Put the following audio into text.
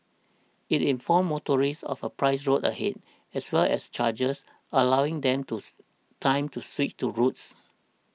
it informs motorists of a priced road ahead as well as charges allowing them tooth time to switch routes